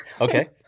Okay